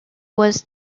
was